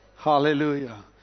Hallelujah